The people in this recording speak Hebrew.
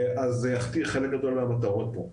אז זה יחטיא חלק גדול מהמטרות פה.